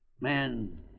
Man